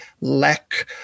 lack